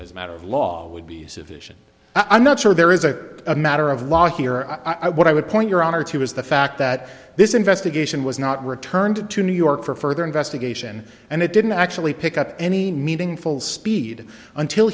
as a matter of law would be sufficient i'm not sure there is a matter of law here i what i would point your honor to is the fact that this investigation was not returned to new york for further investigation and it didn't actually pick up any meaningful speed until